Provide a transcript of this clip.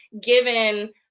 given